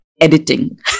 editing